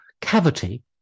cavity